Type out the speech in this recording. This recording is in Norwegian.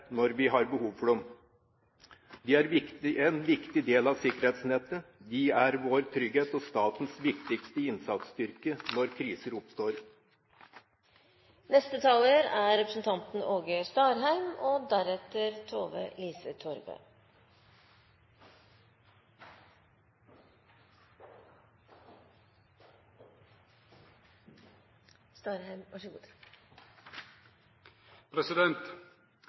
når vi har behov for dem. De er en viktig del av sikkerhetsnettet, de er vår trygghet og statens viktigste innsatsstyrke når kriser oppstår. I trontalen vart det sagt at regjeringa skal syte for god velferd. Eg stiller spørsmålet: Skal det vere god velferd over heile landet, eller er